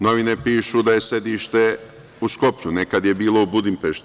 Novine pišu da je sedište u Skoplju, nekad je bilo u Budimpešti.